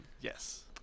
Yes